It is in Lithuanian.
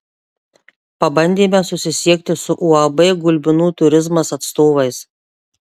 pabandėme susisiekti su uab gulbinų turizmas atstovais